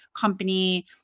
company